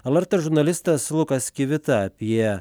lrt žurnalistas lukas kivita apie